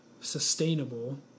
sustainable